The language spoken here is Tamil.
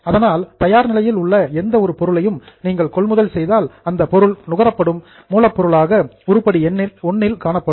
அதனால் தயார் நிலையில் உள்ள எந்த ஒரு பொருளையும் நீங்கள் கொள்முதல் செய்தால் அந்தப் பொருள் நுகரப்படும் ரா மெட்டீரியல் மூலப்பொருளாக உருப்படி I இல் காணப்படும்